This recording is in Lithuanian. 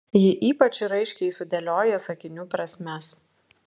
ji ypač raiškiai sudėlioja sakinių prasmes